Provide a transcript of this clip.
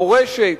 המורשת,